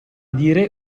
dire